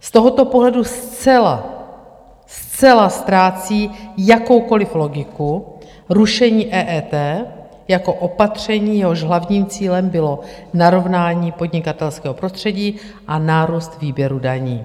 Z tohoto pohledu zcela, zcela ztrácí jakoukoliv logiku rušení EET jako opatření, jehož hlavním cílem bylo narovnání podnikatelského prostředí a nárůst výběru daní.